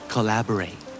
Collaborate